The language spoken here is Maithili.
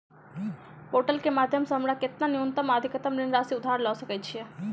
पोर्टल केँ माध्यम सऽ हमरा केतना न्यूनतम आ अधिकतम ऋण राशि उधार ले सकै छीयै?